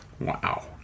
Wow